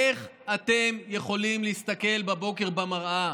איך אתם יכולים להסתכל בבוקר במראה